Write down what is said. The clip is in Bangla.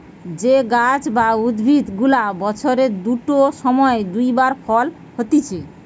যে গাছ বা উদ্ভিদ গুলা বছরের দুটো সময় দু বার ফল হতিছে